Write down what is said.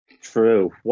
True